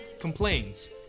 complains